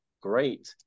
great